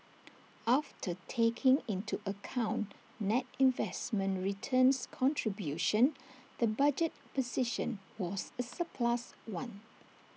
after taking into account net investment returns contribution the budget position was A surplus one